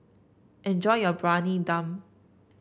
enjoy your Briyani Dum